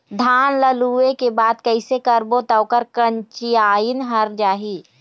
धान ला लुए के बाद कइसे करबो त ओकर कंचीयायिन हर जाही?